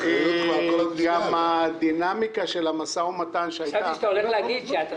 גם הדינמיקה של המשא ומתן שהייתה -- חשבתי שאתה הולך להגיד שאתה